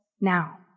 now